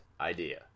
idea